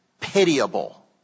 pitiable